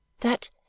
That